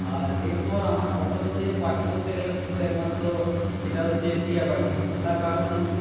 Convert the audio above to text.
আর এরপর আমার পছন্দের পাখি বলতে গেলে তো সে তো একমাত্র যেটা হচ্ছে টিয়াপাখি তার কারণ